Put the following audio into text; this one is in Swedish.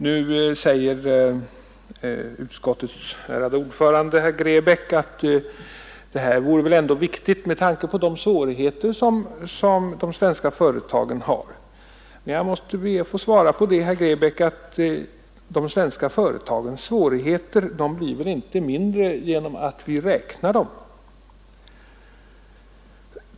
Nu säger utskottets ärade ordförande herr Grebäck att det här väl ändå vore viktigt med tanke på de svårigheter som de svenska företagen har, men jag måste be att få svara på detta att de svenska företagens svårigheter väl inte blir mindre genom att vi räknar företagen.